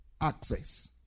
access